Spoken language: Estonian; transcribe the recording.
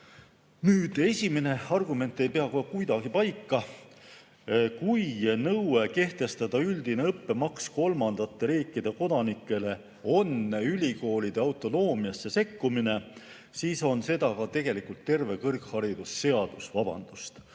Esimene argument ei pea kohe kuidagi paika. Kui nõue kehtestada üldine õppemaks kolmandate riikide kodanikele on ülikoolide autonoomiasse sekkumine, siis on seda tegelikult terve kõrgharidusseadus, rääkimata